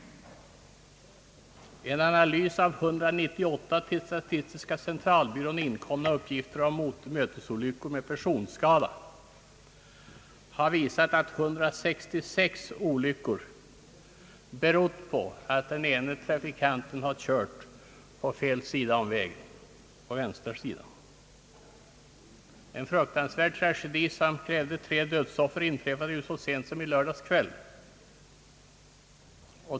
En analys av 198 till statistiska centralbyrån anmälda <mötesolyckor med personskada har visat att 166 av dessa berodde på att den ene trafikanten hade kört på fel sida av vägen, dvs. den vänstra. En fruktansvärd tragedi som krävde tre dödsoffer inträffade så sent som i lördags kväll.